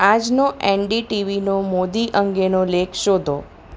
આજનો એનડીટીવીનો મોદી અંગેનો લેખ શોધો